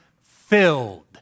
filled